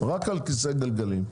רק למי שבכיסא גלגלים,